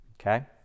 Okay